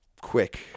quick